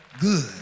good